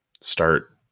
start